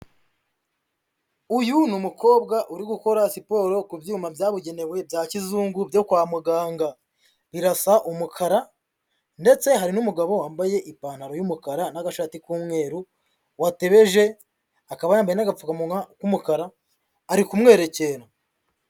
Uyu ni umukobwa uri gukora siporo ku byuma byabugenewe bya kizungu byo kwa muganga, birasa umukara ndetse hari n'umugabo wambaye ipantaro y'umukara n'agashati k'umweru watebeje, akaba yambaye n'agapfukamuwa k'umukara, ari kumwerekera.